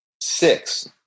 Six